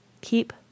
Keep